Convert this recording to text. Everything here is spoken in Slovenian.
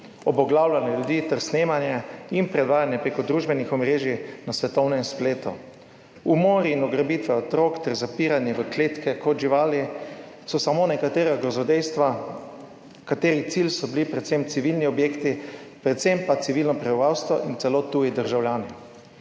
obglavljanje ljudi ter snemanje in predvajanje preko družbenih omrežij na svetovnem spletu, umori in ugrabitve otrok ter zapiranje v kletke kot živali so samo nekatera grozodejstva, katerih cilj so bili predvsem civilni objekti, predvsem pa civilno prebivalstvo in celo tuji državljani.